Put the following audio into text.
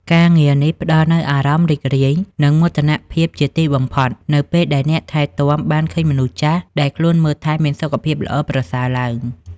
ការងារនេះផ្តល់នូវអារម្មណ៍រីករាយ និងមោទនភាពជាទីបំផុត នៅពេលដែលអ្នកថែទាំបានឃើញមនុស្សចាស់ដែលខ្លួនមើលថែមានសុខភាពល្អប្រសើរឡើង។